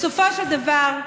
בסופו של דבר,